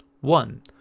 One